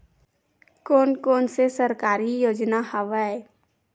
कोन कोन से सरकारी योजना हवय?